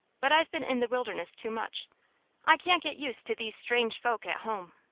but i've been in the wilderness too much i can't get used to these strange folk at home.